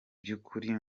by’ukuri